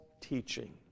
teaching